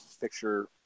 picture